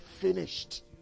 finished